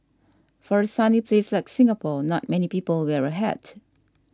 for a sunny place like Singapore not many people wear a hat